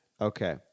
Okay